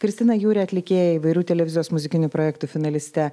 kristina jure atlikėja įvairių televizijos muzikinių projektų finaliste